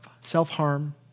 self-harm